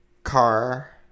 Car